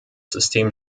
system